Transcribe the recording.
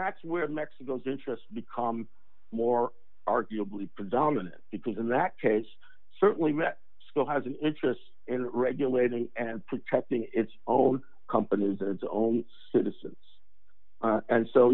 that's where mexico's interest become more arguably predominant because in that case certainly met school has an interest in regulating and protecting its own companies its own citizens and so